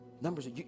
Numbers